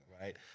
right